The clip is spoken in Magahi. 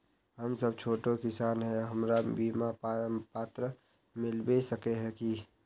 हम सब छोटो किसान है हमरा बिमा पात्र मिलबे सके है की?